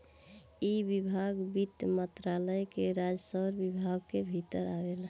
इ विभाग वित्त मंत्रालय के राजस्व विभाग के भीतर आवेला